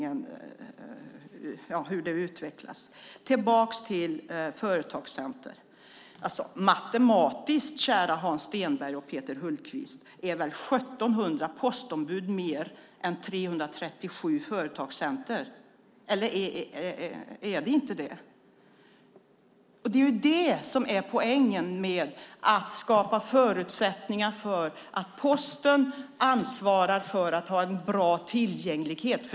Men låt oss komma tillbaka till diskussionen om företagscentren. Matematiskt, kära Hans Stenberg och Peter Hultqvist, är väl 1 700 postombud mer än 337 företagscenter? Stämmer inte det? Det är detta som är poängen med att skapa förutsättningar för att Posten ska ha en bra tillgänglighet.